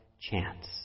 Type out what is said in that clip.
chance